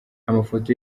amafoto